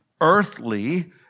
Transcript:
earthly